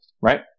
right